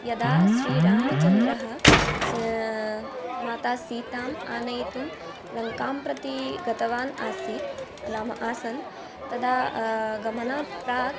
यदा श्रीरामचन्द्रः मातासीताम् आनयितुं लङ्काम् प्रति गतवान् आसीत् नाम आसन् तदा गमनात् प्राक्